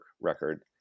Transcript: record